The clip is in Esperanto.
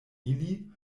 ili